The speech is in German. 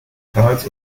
karls